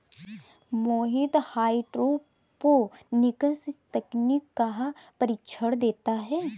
मोहित hydroponics तकनीक का प्रशिक्षण देता है